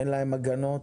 אין להם הגנות,